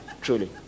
Truly